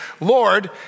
Lord